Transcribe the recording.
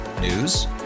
News